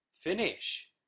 finish